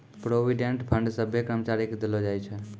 provident fund सभ्भे कर्मचारी के देलो जाय छै